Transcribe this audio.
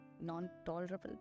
non-tolerable